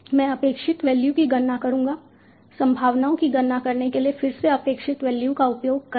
मैं अपेक्षित वैल्यू की गणना करूंगा संभावनाओं की गणना करने के लिए फिर से अपेक्षित वैल्यू का उपयोग करें